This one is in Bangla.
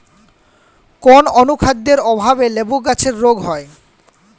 কোন অনুখাদ্যের অভাবে লেবু গাছের রোগ হয়?